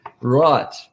Right